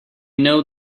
know